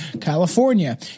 California